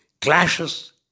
clashes